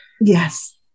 Yes